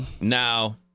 Now